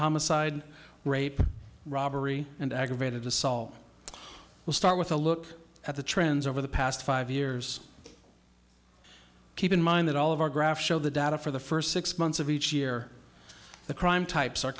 homicide rape robbery and aggravated assault will start with a look at the trends over the past five years keep in mind that all of our graphs show the data for the first six months of each year the crime types are